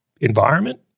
environment